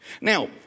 Now